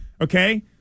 Okay